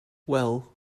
well